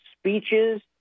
speeches